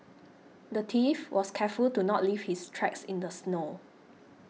the thief was careful to not leave his tracks in the snow